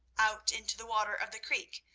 out into the water of the creek,